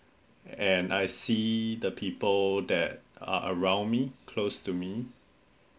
and I see the people that uh around me close to me